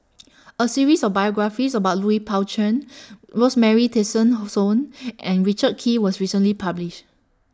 A series of biographies about Lui Pao Chuen Rosemary Tessensohn and Richard Kee was recently published